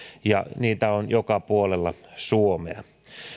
ja niitä on joka puolella suomea